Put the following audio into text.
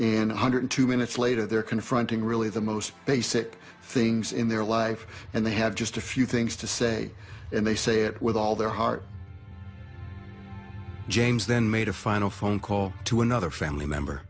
one hundred two minutes later they're confronting really the most basic things in their life and they have just a few things to say and they say it with all their heart james then made a final phone call to another family member